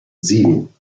sieben